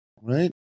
right